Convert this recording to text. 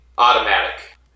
Automatic